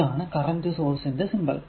ഇതാണ് current source ന്റെ symbol